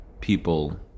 people